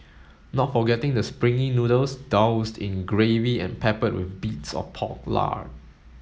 not forgetting the springy noodles doused in gravy and peppered with bits of pork lard